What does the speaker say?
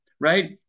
right